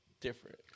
Different